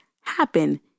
happen